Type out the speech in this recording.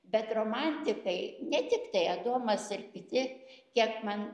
bet romantikai ne tiktai adomas ir kiti kiek man